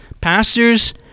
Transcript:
Pastors